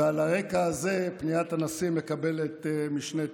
ועל הרקע הזה פניית הנשיא מקבלת משנה תוקף.